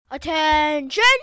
Attention